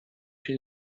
się